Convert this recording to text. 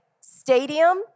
stadium